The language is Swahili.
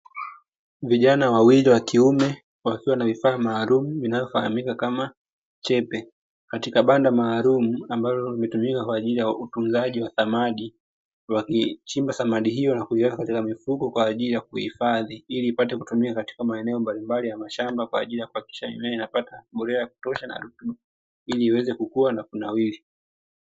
Vijana wawili wa kiume wakiwa na vifaa maalumu vinavyo fahamika kama chepe katika banda maalumu ambalo limetumika kwa ajili ya utunzaji wa samadi, wakiichimba samadi hiyo na kuiweka katika mifuko kwa ajili ya na kuhiifadhi ili ipate kutumika katika maeneo mbalimbali ya mashamba, kwa ajili ya kuhakikisha mimea inapata mbolea ya kutosha na ili iweze kukua na kunawiri.